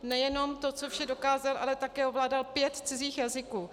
Nejenom to, co vše dokázal, ale také ovládal pět cizích jazyků.